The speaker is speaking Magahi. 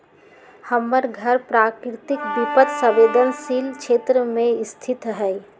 हमर घर प्राकृतिक विपत संवेदनशील क्षेत्र में स्थित हइ